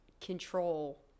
control